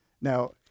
Now